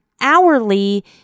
hourly